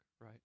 right